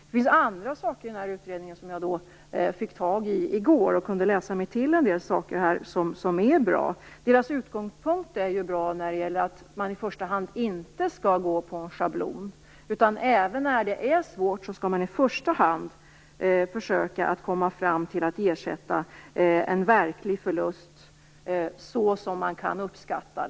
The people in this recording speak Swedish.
Det finns andra saker i utredningen - som jag fick tag på i går - som jag har läst mig till och som är bra. T.ex. är utgångspunkten att man inte i första hand skall gå efter en schablon. Även när det är svårt skall man i första hand försöka komma fram till att ersätta en verklig förlust så som den kan uppskattas.